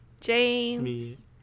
James